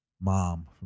Mom